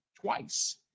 twice